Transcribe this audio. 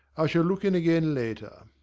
i shall look in again later.